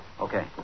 Okay